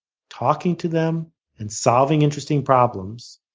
talking to them and solving interesting problems,